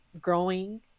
growing